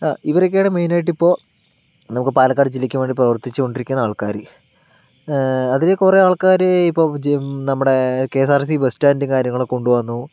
ഇവരൊക്കെയാണ് മെയിൻ ആയിട്ട് ഇപ്പോൾ നമുക്ക് പാലക്കാട് ജില്ലയ്ക്ക് വേണ്ടി പ്രവർത്തിച്ചു കൊണ്ടിരിക്കുന്ന ആൾക്കാർ അതിൽ കുറെ ആൾക്കാർ ഇപ്പോൾ നമ്മുടെ K S R T C bus stand കാര്യങ്ങളൊക്കെ കൊണ്ടുവന്നു